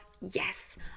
yes